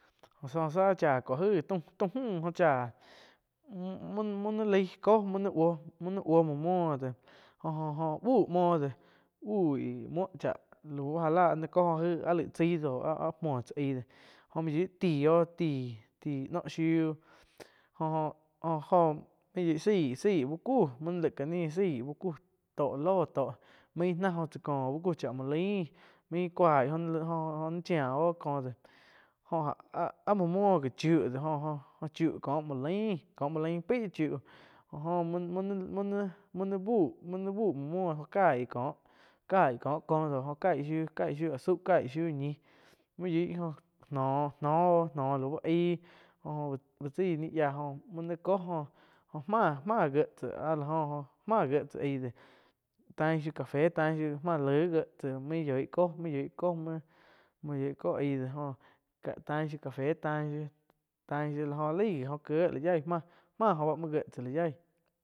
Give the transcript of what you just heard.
Óh záh cháh ko aig taum-taum mü jo cháh muo nai laig ko mui nain buoh muoh muo de jo-jo uh muoh de uih muoh cháh lau já la áh nain có jó aig áh laig tsai dóh áh muoh tsá aih dó jo ain yoih tíh oh, ti, ti noh shiuh jo-jo main yoih zaíh-zaíh uh kuh bu no laig ka nih zaí uh ku tó lóh mainnáh oh tsá kó úh ku cháh mou lain, main cuaih jóh nai cháih oh ko do, jo ah-ah muo muoh do chiu jo-jo ko muo lain, ko muo lain peih chiu jo oh bu ni- bu ni buh muo muoh caí ko có, caig taig shiú caig shiu ñih main yoig oh noh oh lau aíh joh uh chaí nih yía mu nain cóh joh mah-mah giéh áh la jo oh máh gie tsá ai dé tain shiu café, tain shiu máh laig gie tsá main yoih kóh, main yoih ko aí déh, jho shia tain shiu café tain. Tain shiu la jo laig gi oh kie la yaih máh oh muoh gie tsá lah yaih.